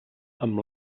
amb